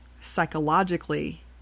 psychologically